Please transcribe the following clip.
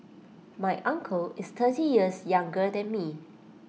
my uncle is thirty years younger than me